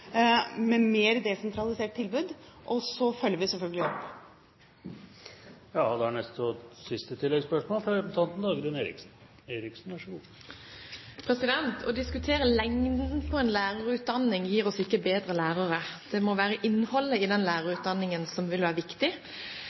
Og så følger vi selvfølgelig opp. Dagrun Eriksen – til oppfølgingsspørsmål. Å diskutere lengden på en lærerutdanning gir oss ikke bedre lærere. Det må være innholdet i lærerutdanningen som er viktig.